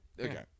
Okay